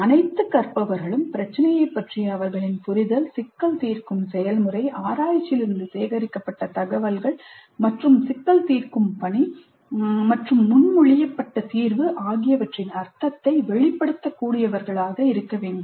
அனைத்து கற்பவர்களும் பிரச்சினையைப் பற்றிய அவர்களின் புரிதல் சிக்கல் தீர்க்கும் செயல்முறை ஆராய்ச்சியிலிருந்து சேகரிக்கப்பட்ட தகவல்கள் மற்றும் சிக்கல் தீர்க்கும் பணி மற்றும் முன்மொழியப்பட்ட தீர்வு ஆகியவற்றின் அர்த்தத்தை வெளிப்படுத்த கூடியவர்களாக இருக்க வேண்டும்